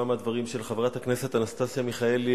בדברים של חברת הכנסת אנסטסיה מיכאלי,